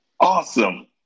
awesome